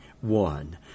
One